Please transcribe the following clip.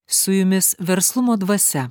su jumis verslumo dvasia